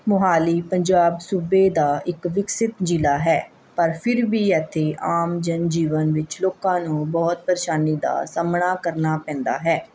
ਮੋਹਾਲੀ ਪੰਜਾਬ ਸੂਬੇ ਦਾ ਇੱਕ ਵਿਕਸਿਤ ਜ਼ਿਲ੍ਹਾ ਹੈ ਪਰ ਫਿਰ ਵੀ ਇੱਥੇ ਆਮ ਜਨਜੀਵਨ ਵਿੱਚ ਲੋਕਾਂ ਨੂੰ ਬਹੁਤ ਪਰੇਸ਼ਾਨੀ ਦਾ ਸਾਹਮਣਾ ਕਰਨਾ ਪੈਂਦਾ ਹੈ